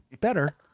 better